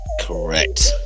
correct